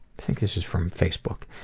think this is from facebook.